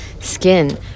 skin